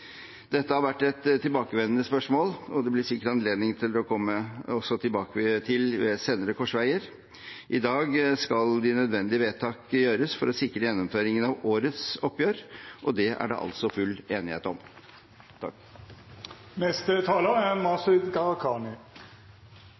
Dette har vært et tilbakevendende spørsmål, og det blir sikkert også anledning til å komme tilbake til det ved senere korsveier. I dag skal de nødvendige vedtak gjøres for å sikre gjennomføringen av årets oppgjør – og det er det altså full enighet om. Takk